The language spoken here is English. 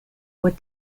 what